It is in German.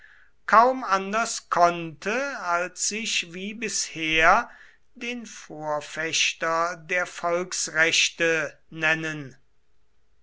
kaum anders konnte als sich wie bisher den vorfechter der volksrechte nennen